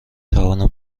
توانم